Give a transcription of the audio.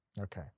okay